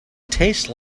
tastes